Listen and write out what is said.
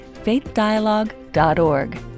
faithdialogue.org